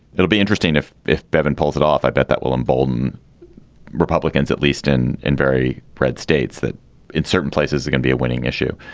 it'll be interesting if if bevin pulls it off i bet that will embolden republicans at least in in very red states that in certain places it can be a winning issue.